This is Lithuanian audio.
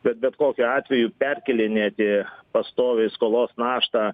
bet bet kokiu atveju perkėlinėti pastoviai skolos naštą